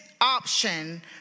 option